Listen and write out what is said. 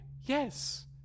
Yes